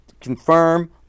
confirm